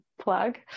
plug